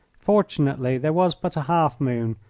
fortunately there was but a half moon,